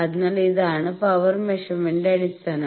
അതിനാൽ ഇതാണ് പവർ മെഷർമെന്ററ്റിന്റെ അടിസ്ഥാനം